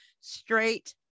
straight